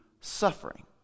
suffering